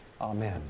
Amen